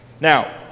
Now